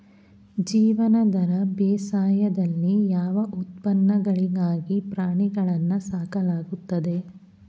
ಜೀವನಾಧಾರ ಬೇಸಾಯದಲ್ಲಿ ಯಾವ ಉತ್ಪನ್ನಗಳಿಗಾಗಿ ಪ್ರಾಣಿಗಳನ್ನು ಸಾಕಲಾಗುತ್ತದೆ?